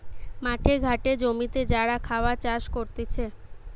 মাঠে ঘাটে জমিতে যারা খাবার চাষ করতিছে